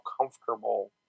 comfortable